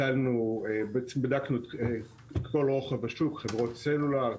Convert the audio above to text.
בדקנו לכל רוחב השוק חברות סלולר,